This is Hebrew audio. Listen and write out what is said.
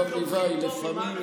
היא כן.